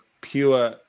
pure